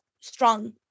strong